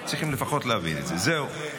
צריכים לפחות להבין את זה, זהו.